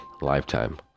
lifetime